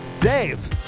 Dave